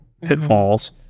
pitfalls